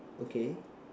okay